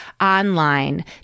online